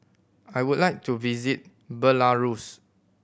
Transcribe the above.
I would like to visit Belarus